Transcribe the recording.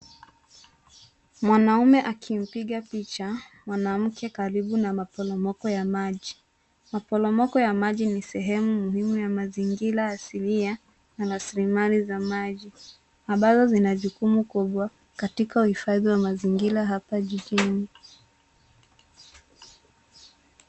Mwanamme akimpiga picha mwanamke karibu na maporomoko ya maji. Maporomoko ya maji ni sehemu muhimu ya mazingira asilia na raslimali za maji ambazo zina jukumu kubwa katika uhifadhi wa mazingira hapa jijini.